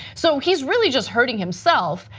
so he's really just hurting himself,